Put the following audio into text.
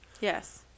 yes